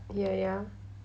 ya ya